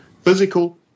physical